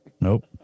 Nope